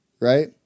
right